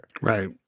Right